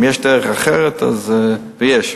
אם יש דרך אחרת, אז, ויש.